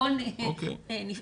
הכל --- מבחינת הנתונים.